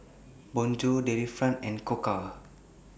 Bonjour Delifrance and Koka